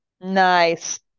Nice